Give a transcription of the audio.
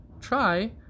Try